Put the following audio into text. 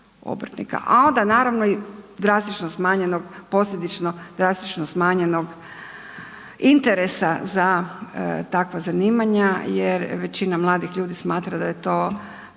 A onda naravno i posljedično drastično smanjenog interesa za takva zanimanja jer većina mladih ljudi smatra da je to